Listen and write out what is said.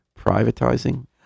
privatizing